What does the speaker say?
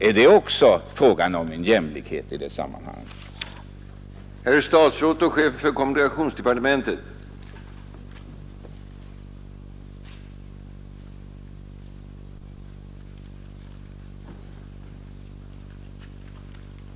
Är det fråga om jämlikhet i det sammanhanget också?